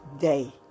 day